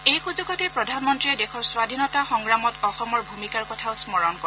এই সূযোগতে প্ৰধানমন্ত্ৰীয়ে দেশৰ স্বধীনতা সংগ্ৰামত অসমৰ ভূমিকাৰ কথাও স্মৰণ কৰে